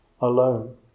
alone